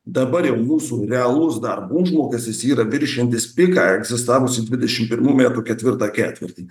dabar jau jūsų realus darbo užmokestis yra viršijantis piką egzistavusį dvidešim pirmų metų ketvirtą ketvirtį